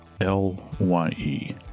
L-Y-E